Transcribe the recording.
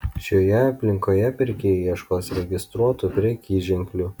šioje aplinkoje pirkėjai ieškos registruotų prekyženklių